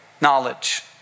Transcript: knowledge